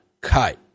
cut